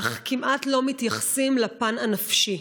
אך כמעט לא מתייחסים לפן הנפשי.